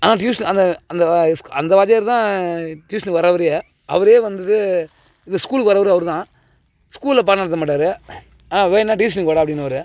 ஆனால் ட்யூஷன் அந்த அந்த அந்த வாத்தியார் தான் டியூஷனுக்கு வர்றவரே அவரே வந்து இங்கே ஸ்கூலுக்கு வர்றவரும் அவர் தான் ஸ்கூலில் பாடம் நடத்த மாட்டார் ஆனால் வேணும்னா ட்யூஷனுக்கு வாடா அப்படின்னுவாரு